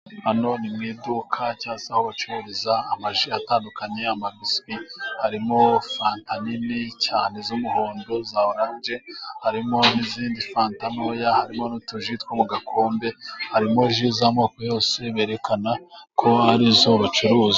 Hano ni mu iduka cyangwa se aho bacucururiza amaji atandukanye, amabiswi, harimo fanta nini cyane z'umuhondo za oranje, harimo n'izindi fanta ntoya, harimo n'utuji two mu gakombe, harimo ji z'amoko yose berekana ko ari zo bacuruza.